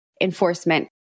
enforcement